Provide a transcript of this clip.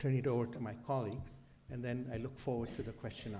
turn it over to my colleagues and then i look forward to the question